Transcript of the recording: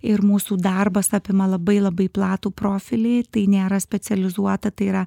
ir mūsų darbas apima labai labai platų profilį tai nėra specializuota tai yra